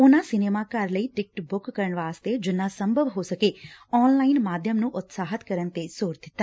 ਉਨਾਂ ਸਿਨੇਮਾ ਘਰ ਲਈ ਟਿਕਟ ਬੁਕ ਕਰਨ ਵਾਸਤੇ ਜਿਨਾਂ ਸੰਭਵ ਹੋ ਸਕੇ ਆਨਲਾਈਨ ਮਾਧਿਅਮ ਨੂੰ ਉਤਸ਼ਾਹਿਤ ਕਰਨ ਤੇ ਜ਼ੋਰ ਦਿੱਤਾ